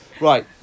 Right